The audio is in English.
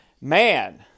man